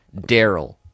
Daryl